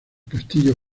castillo